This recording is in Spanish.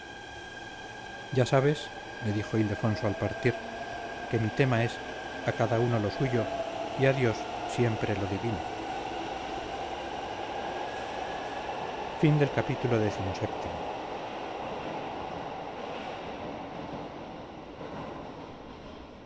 ya sabes le dijo ildefonso al partir que mi tema es a cada uno lo suyo y a dios siempre lo divino